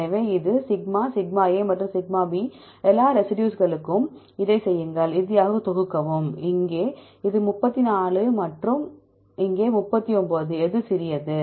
எனவே இது σ σ மற்றும் σ எல்லா ரெசிடியூஸ்களுக்கும் அதைச் செய்யுங்கள் இறுதியாக தொகுக்கவும் இங்கே இது 34 மற்றும் இங்கே 39 இது எது சிறியது